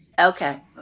Okay